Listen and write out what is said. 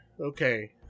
Okay